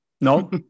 No